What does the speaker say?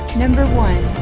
number one